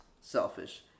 selfish